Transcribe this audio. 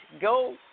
go